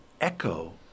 echo